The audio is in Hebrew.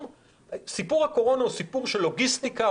סיפור הקורונה הוא סיפור של לוגיסטיקה.